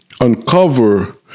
uncover